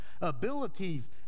Abilities